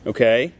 Okay